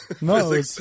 No